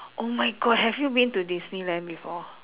oh my god have you been to Disneyland before